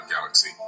galaxy